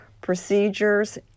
procedures